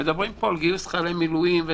מדברים פה על גיוס חיילי מילואים.